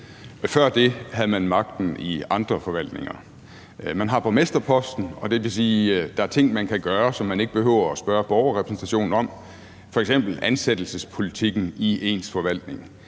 Før det havde man magten i andre forvaltninger. Man har borgmesterposten, og det vil sige, at der er ting, man kan gøre, som man ikke behøver spørge Borgerrepræsentationen om, f.eks. ansættelsespolitikken i ens forvaltning.